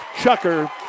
chucker